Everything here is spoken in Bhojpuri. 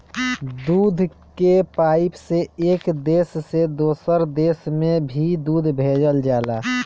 दूध के पाइप से एक देश से दोसर देश में भी दूध भेजल जाला